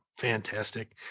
Fantastic